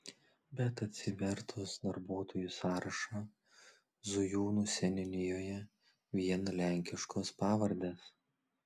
bet atsivertus darbuotojų sąrašą zujūnų seniūnijoje vien lenkiškos pavardes